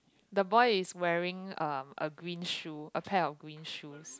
the boy is wearing um a green shoe a pair of green shoes